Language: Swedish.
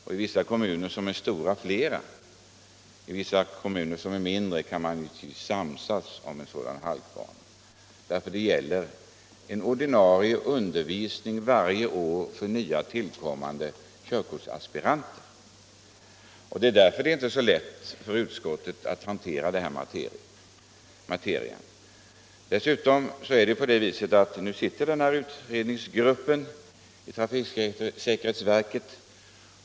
I vissa stora kommuner behövs mer än en, medan givetvis vissa små kommuner kan samsas om en halkbana. Det som avses i det särskilda yttrandet är obligatorisk undervisning varje år för körkortsaspiranter. Det är inte lätt för utskottet att hantera 81 den här materien. Dessutom arbetar den nämnda utredningsgruppen i trafiksäkerhetsverket.